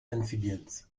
amphibians